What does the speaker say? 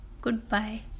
Goodbye